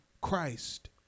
Christ